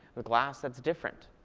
with glass, that's different.